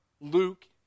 Luke